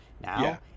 now